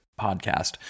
podcast